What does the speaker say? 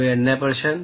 कोई अन्य प्रश्न